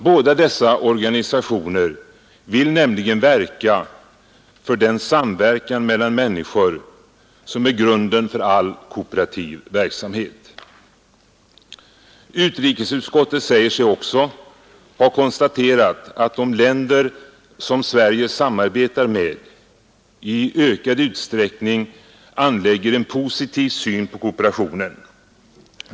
Båda dessa organisationer vill nämligen arbeta för den samverkan mellan människor som är grunden för all kooperativ Utrikesutskottet säger sig också ha konstaterat att ”de länder som Sverige samarbetar med i ökad utsträckning anlägger en positiv syn på kooperationen”.